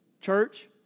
Church